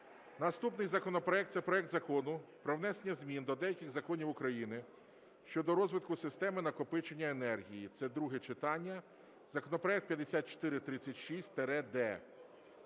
Наступний законопроект, це проект Закону про внесення змін до деяких законів України щодо розвитку систем накопичення енергії (це друге читання), законопроект 5436-д.